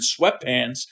sweatpants